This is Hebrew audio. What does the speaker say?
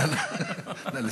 נא לסיים.